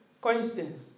coincidence